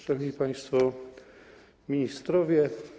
Szanowni Państwo Ministrowie!